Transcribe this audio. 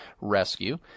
rescue